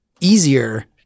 easier